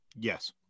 Yes